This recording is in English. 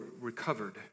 recovered